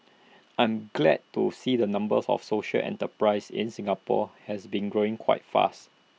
I'm glad to see the numbers of social enterprises in Singapore has been growing quite fast